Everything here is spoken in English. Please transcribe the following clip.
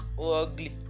ugly